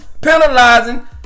penalizing